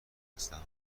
هستم